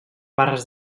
barres